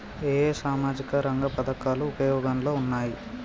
ఏ ఏ సామాజిక రంగ పథకాలు ఉపయోగంలో ఉన్నాయి?